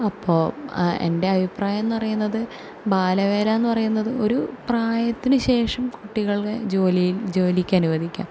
അപ്പോൾ എൻ്റെ അഭിപ്രായമെന്നു പറയുന്നത് ബാലവേലയെന്നു പറയുന്നത് ഒരു പ്രായത്തിനു ശേഷം കുട്ടികളെ ജോലിയിൽ ജോലിക്ക് അനുവദിക്കാം